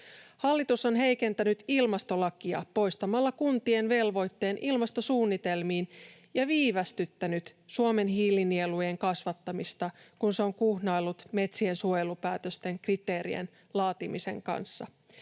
Hallitus on heikentänyt ilmastolakia poistamalla kuntien velvoitteen ilmastosuunnitelmiin ja viivästyttänyt Suomen hiilinielujen kasvattamista, kun se on kuhnaillut metsien suojelupäätösten kriteerien laatimisen kanssa.